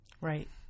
Right